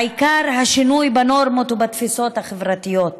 בעיקר השינוי בנורמות ובתפיסות החברתיות.